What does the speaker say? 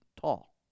tall